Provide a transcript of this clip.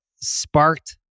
sparked